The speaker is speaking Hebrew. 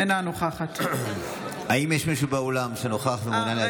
אינה נוכחת האם יש מישהו באולם שנוכח ומעוניין להצביע?